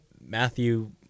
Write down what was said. Matthew